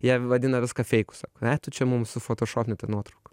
jie vadina viską feiku sako aj tu čia mum sufotošopini tą nuotrauką